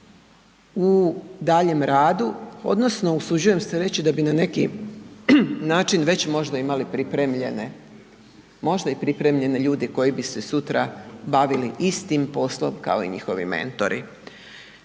u daljem radu odnosno usuđujem se reći da bi na neki način već možda imali pripremljene, možda i pripremljene ljude koji bi se sutra bavili istim poslom kao i njihovi mentori.